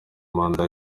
manda